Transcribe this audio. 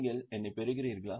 நீங்கள் என்னைப் பெறுகிறீர்களா